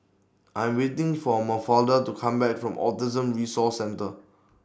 I'm waiting For Mafalda to Come Back from Autism Resource Centre